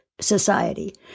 society